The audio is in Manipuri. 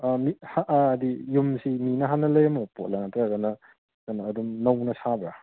ꯍꯥꯏꯗꯤ ꯌꯨꯝꯁꯤ ꯃꯤꯅ ꯍꯥꯟꯅ ꯂꯩꯔꯝꯃꯕ ꯄꯣꯠꯂꯥ ꯅꯠꯇ꯭ꯔꯒꯅ ꯀꯩꯅꯣ ꯑꯗꯨꯝ ꯅꯧꯅ ꯁꯥꯕ꯭ꯔꯥ